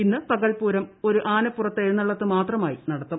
ഇന്ന് പകൽപ്പൂരം ഒരു ആനപ്പുറത്ത് എഴുന്നള്ളത്ത് മാത്രമായി നടത്തും